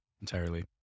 entirely